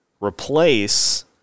replace